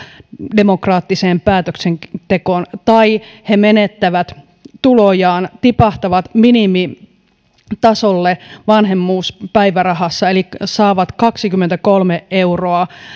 demokraattiseen päätöksentekoon koska he menettävät tulojaan tipahtavat minimitasolle vanhemmuuspäivärahassa eli saavat kaksikymmentäkolme euroa